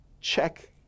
Check